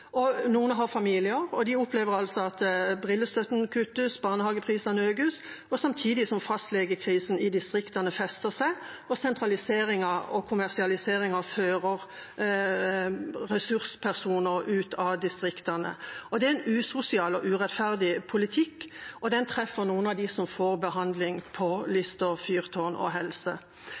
Noen har familier, og de opplever altså at brillestøtten kuttes, at barnehageprisene økes, samtidig som fastlegekrisa i distriktene fester seg og sentraliseringen og kommersialiseringen fører ressurspersoner ut av distriktene. Det er en usosial og urettferdig politikk, og den treffer noen av dem som får behandling på Fyrtårnet psykisk helse og rus i Lister. Vi styrker bl.a. fastlegeordningen og